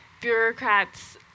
bureaucrats